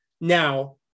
Now